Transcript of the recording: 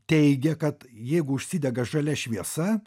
teigia kad jeigu užsidega žalia šviesa